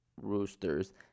roosters